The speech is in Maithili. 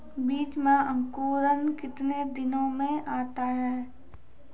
बीज मे अंकुरण कितने दिनों मे आता हैं?